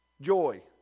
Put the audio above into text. joy